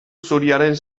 zuriaren